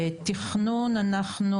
בתכנון אנחנו